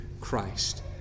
Christ